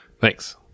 Thanks